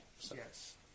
Yes